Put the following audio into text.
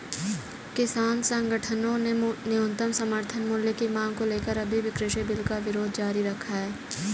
किसान संगठनों ने न्यूनतम समर्थन मूल्य की मांग को लेकर अभी भी कृषि बिल का विरोध जारी रखा है